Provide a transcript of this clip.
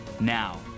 now